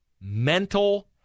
mental